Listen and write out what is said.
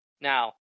now